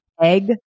egg